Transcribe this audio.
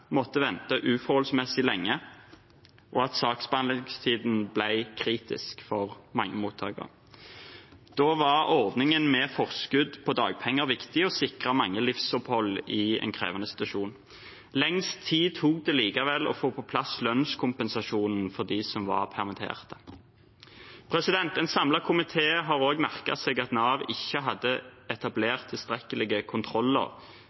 måtte vente uforholdsmessig lenge, og at saksbehandlingstiden ble kritisk for mange mottakere. Da var ordningen med forskudd på dagpenger viktig og sikret mange livsopphold i en krevende situasjon. Lengst tid tok det likevel å få på plass lønnskompensasjonen for dem som var permitterte. En samlet komité har også merket seg at Nav ikke hadde etablert tilstrekkelige kontroller